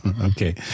Okay